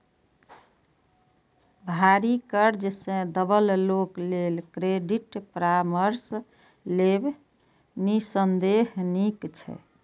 भारी कर्ज सं दबल लोक लेल क्रेडिट परामर्श लेब निस्संदेह नीक छै